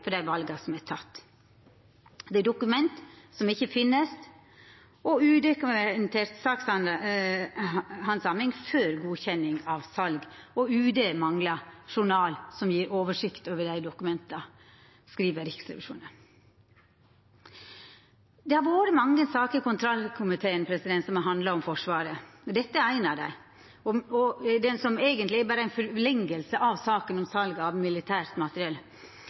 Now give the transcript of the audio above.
for dei vala som er tekne. Det er dokument som ikkje finst, udokumentert sakshandsaming før godkjenning av sal, og UD manglar ein journal som gjev oversikt over dokumenta, skriv Riksrevisjonen. Det har i kontrollkomiteen vore mange saker som har handla om Forsvaret. Dette er ei av dei, og ho er eigentleg berre ei forlenging av saka om sal av militært materiell.